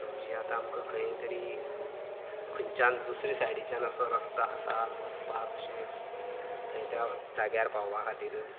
म्हणजे आतां आमकां खंय तरी खंयच्यान दुसरी सायडिच्यान असो रस्तो आसा वचपाक अशें थंय त्या जाग्यार पावपा खातीर